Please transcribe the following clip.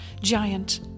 giant